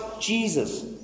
Jesus